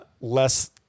less